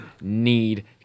need